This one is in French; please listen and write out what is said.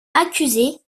accusée